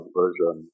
version